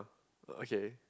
okay